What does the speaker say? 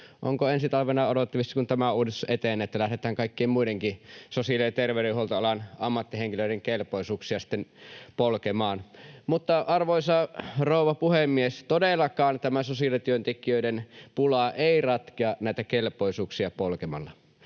Onko ensi talvena odotettavissa, kun tämä uudistus etenee, että lähdetään kaikkien muidenkin sosiaali- ja terveydenhuoltoalan ammattihenkilöiden kelpoisuuksia sitten polkemaan? Mutta, arvoisa rouva puhemies, todellakaan tämä sosiaalityöntekijöiden pula ei ratkea näitä kelpoisuuksia polkemalla.